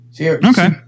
Okay